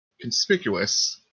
conspicuous